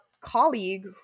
colleague